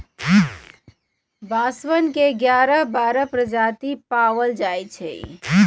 बांसवन के ग्यारह बाहरी प्रजाति पावल जाहई